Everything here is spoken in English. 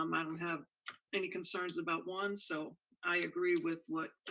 um i don't have any concerns about one, so i agree with what